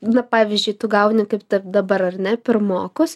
na pavyzdžiui tu gauni kaip dabar ar ne pirmokus